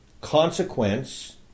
consequence